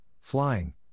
flying